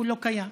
שהוא לא קיים,